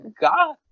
God